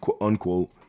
unquote